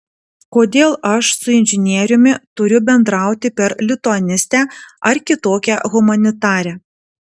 kodėl aš su inžinieriumi turiu bendrauti per lituanistę ar kitokią humanitarę